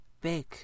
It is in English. big